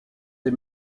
des